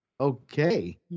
okay